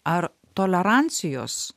ar tolerancijos